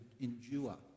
endure